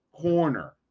corner